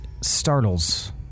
startles